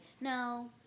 no